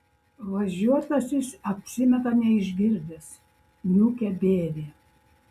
važiuotasis apsimeta neišgirdęs niūkia bėrį